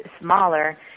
smaller